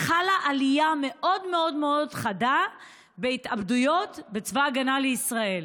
חלה עלייה מאוד מאוד מאוד חדה בהתאבדויות בצבא הגנה לישראל.